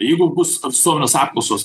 jeigu bus visuomenės apklausos